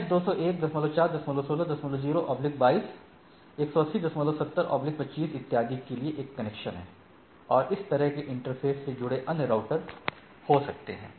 ये 201416022 1807025 इत्यादि के लिए एक कनेक्शन हैं और इस तरह के इंटरफ़ेससे जुड़े अन्य राउटर हो सकते हैं